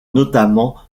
notamment